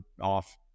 off